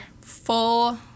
full